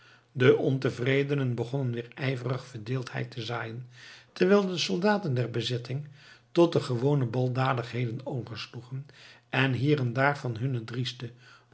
de ontevredenen begonnen weer ijverig verdeeldheid te zaaien terwijl de soldaten der bezetting tot de gewone baldadigheden oversloegen en hier en daar van hunne drieste